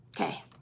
Okay